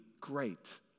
great